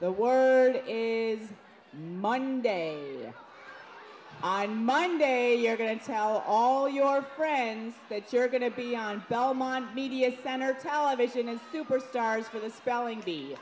the word is monday i know monday you're going to tell all your friends that you're going to be on belmont media center tower vision and superstars for the spelling bee